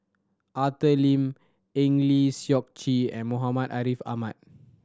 Arthur Lim Eng Lee Seok Chee and Muhammad Ariff Ahmad